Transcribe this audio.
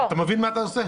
אתה מבין מה אתה עושה?